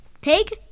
Pig